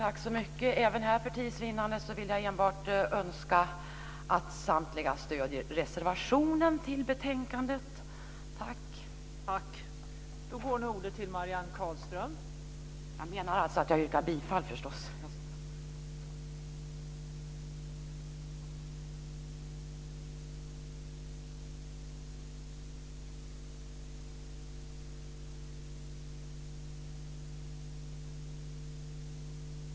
Fru talman! För tids vinnande vill jag enbart önska att samtliga stöder reservationen som är fogad till betänkandet. Jag yrkar alltså bifall till reservationen.